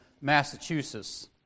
Massachusetts